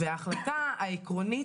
וההחלטה העקרונית,